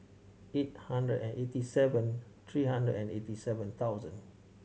eight hundred and eighty seven three hundred and eighty seven thousand